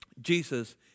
Jesus